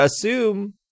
assume